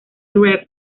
rev